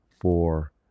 Four